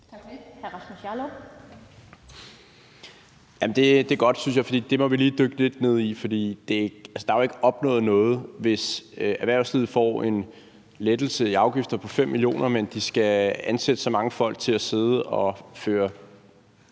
Det er godt, synes jeg, for det må vi lige dykke lidt ned i. For der er jo ikke opnået noget, hvis erhvervslivet får en lettelse i afgifter på 5 mio. kr., men de skal ansætte så mange folk til at sidde og føre